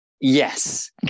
Yes